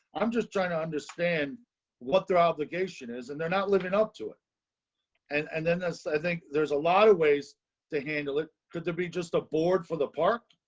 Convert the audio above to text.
i'm just trying to understand what their obligation is and they're not living up to it and and then that's i think there's a lot of ways to handle it could be just a board for the park.